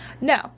No